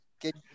good